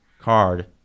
card